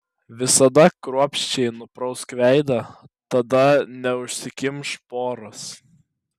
visada kruopščiai nuprausk veidą tada neužsikimš poros